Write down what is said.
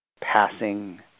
passing